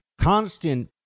constant